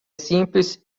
simples